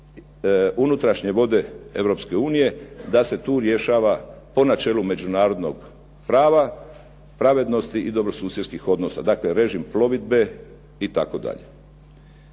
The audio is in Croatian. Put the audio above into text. unutrašnje vode Europske unije da se tu rješava po načelu međunarodnog prava pravednosti i dobrosusjedskih odnosa, dakle režim plovidbe itd.